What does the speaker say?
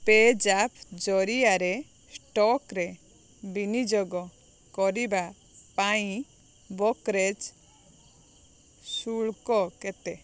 ପେଜାପ୍ ଜରିଆରେ ଷ୍ଟକରେ ବିନିଯୋଗ କରିବା ପାଇଁ ବୋକରେଜ ଶୁଳ୍କ କେତେ